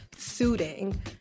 suiting